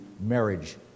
marriage